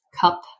cup